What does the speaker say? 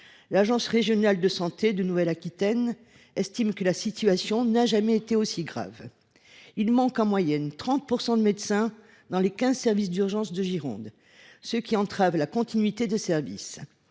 L’agence régionale de santé (ARS) de Nouvelle Aquitaine estime que la situation « n’a jamais été aussi grave ». Il manque en moyenne 30 % de médecins dans les 15 services d’urgences de Gironde, ce qui entrave la continuité du service